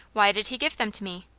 why did he give them to me?